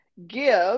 Give